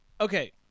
Okay